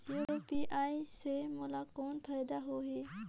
UPI से मोला कौन फायदा होही?